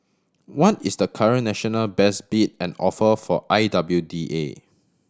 what is the current national best bid and offer for I W D A